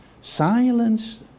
Silence